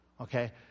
okay